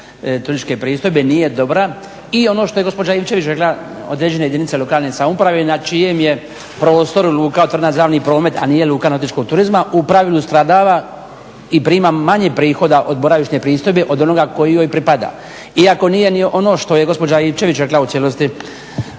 turističke pristojbe nije dobra i ono što je gospođa Ivčević rekla, određene jedinice lokalne samouprave na čijem je prostoru luka … promet, a nije luka nautičkog turizma, u pravilu stradava i prima manje prihoda od boravišne pristojbe od onoga koji joj pripada. Iako nije ni ono što je gospođa Ivčević rekla u cijelosti